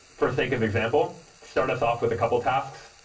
for sake of example, start us off with a couple of tasks,